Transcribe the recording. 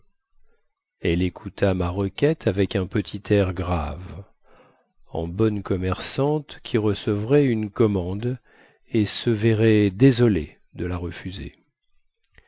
elle écouta ma requête avec un petit air grave en bonne commerçante qui recevrait une commande et se verrait désolée de la refuser